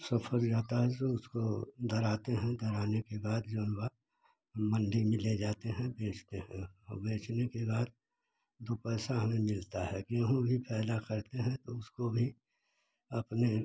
सब फर जाता है तो उसको धराते हैं धराने के बाद जो हुआ मंडी में ले जाते हैं बेचते हैं और बेचने के बाद दो पैसा हमें मिलता है गेहूँ भी पैदा करते हैं तो उसको भी अपने